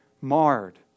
marred